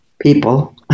people